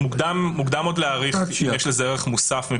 מוקדם עוד להעריך אם יש לזה ערך מוסף.